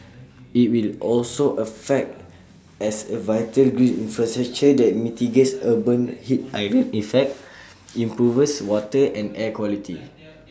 IT will also act as A vital green infrastructure that mitigates urban heat island effect improves water and air quality